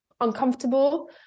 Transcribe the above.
uncomfortable